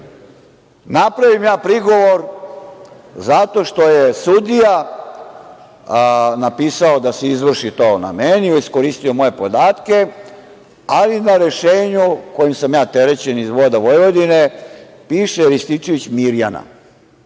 napravim ja prigovor zato što je sudija napisao da se izvrši to na meni, iskoristio moje podatke, ali na rešenju kojim sam ja terećen iz „Voda Vojvodine“ piše „Rističević Mirjana“,